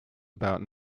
about